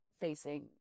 facing